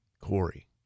Corey